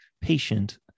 patient